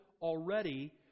already